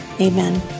Amen